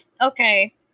Okay